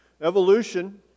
Evolution